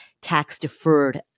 tax-deferred